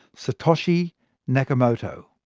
satoshi nakamoto.